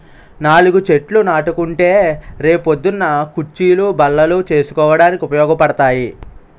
నాలుగు చెట్లు నాటుకుంటే రే పొద్దున్న కుచ్చీలు, బల్లలు చేసుకోడానికి ఉపయోగపడతాయి